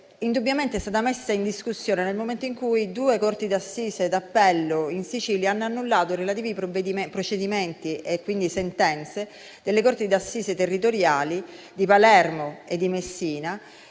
indubbiamente è stata messa in discussione nel momento in cui due corti d'assise d'appello in Sicilia hanno annullato i procedimenti delle corti di assise territoriali di Palermo e Messina